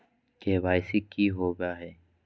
KYC की होबो है?